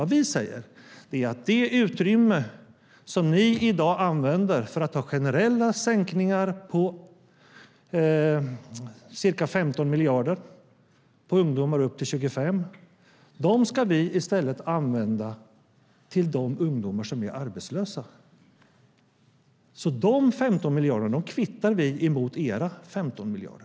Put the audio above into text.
Vad vi säger är att det utrymme som ni i dag använder för att ha generella sänkningar på ca 15 miljarder för ungdomar som är upp till 25 år ska vi i stället använda till de ungdomar som är arbetslösa. De 15 miljarderna kvittar vi mot era 15 miljarder.